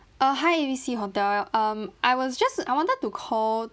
uh hi A B C hotel um I was just I wanted to call